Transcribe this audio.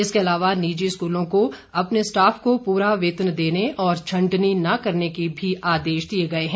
इसके अलावा निजी स्कूलों को अपने स्टॉफ को प्ररा वेतन देने और छंटनी न करने के भी आदेश दिए गए हैं